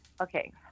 okay